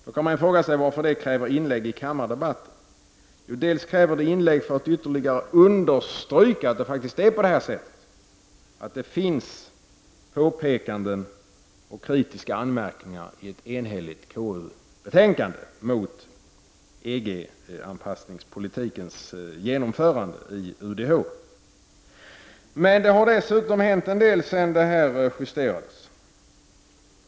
Då kan man fråga sig varför det kräver inlägg i kammardebatten. Jo, för det första kräver det inlägg för att ytterligare understryka att det faktiskt är på det här sättet, att det finns påpekanden och kritiska anmärkningar i ett enhälligt KU-betänkande mot EG-anpassningspolitikens genomförande i UDH. För det andra har det hänt en del sedan betänkandet justerades.